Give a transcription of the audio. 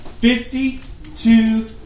Fifty-two